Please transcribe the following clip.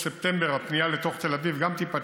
ובאוגוסט-ספטמבר גם הפנייה לתוך תל אביב תיפתח.